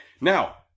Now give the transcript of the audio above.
Now